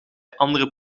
andere